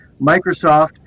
Microsoft